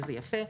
וזה יפה.